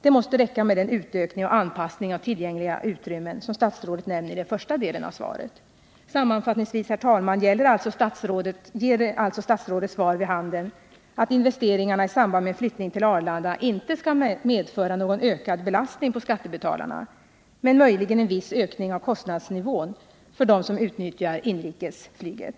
Det måste räcka med den utökning och anpassning av tillgängliga utrymmen som statsrådet nämner i den första delen av svaret. Herr talman! Sammanfattningsvis ger alltså statsrådets svar vid handen att investeringarna i samband med en flyttning till Arlanda inte skall medföra någon ökad belastning på skattebetalarna, men möjligen en viss ökning av kostnadsnivån för dem som utnyttjar inrikesflyget.